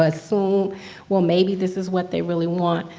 ah so well maybe this is what they really want.